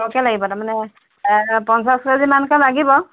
সৰহকৈ লাগিব তাৰমানে পঞ্চাছ কেজিমানকৈ লাগিব